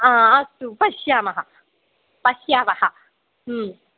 हा अस्तु पश्यामः पश्यावः